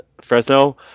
Fresno